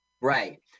Right